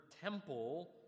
temple